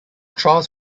trials